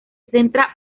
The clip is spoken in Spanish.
centra